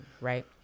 right